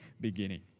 beginning